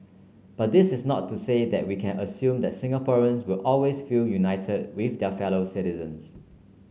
but this is not to say that we can assume that Singaporeans will always feel united with their fellow citizens